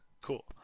Cool